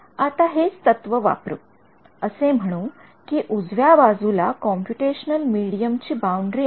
आता हेच तत्व वापरू असे म्हणू कि उजव्या बाजूला कॉम्पुटेशनल मिडीयम ची बाउंडरी आहे